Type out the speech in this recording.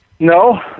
No